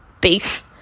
beef